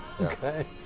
okay